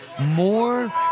more